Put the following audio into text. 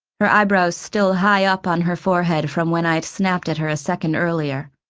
her eyebrows still high up on her forehead from when i'd snapped at her second earlier.